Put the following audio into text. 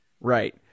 Right